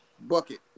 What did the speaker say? bucket